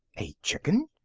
a chicken!